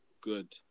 good